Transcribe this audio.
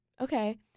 Okay